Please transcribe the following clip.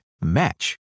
match